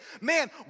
Man